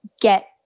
get